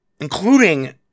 including